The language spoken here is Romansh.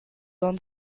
onn